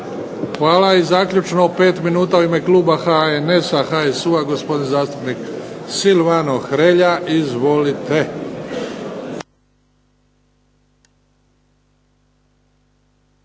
Hvala. I zaključno 5 minuta u ime kluba HNS-HSU-a gospodin zastupnik Silvano Hrelja, izvolite.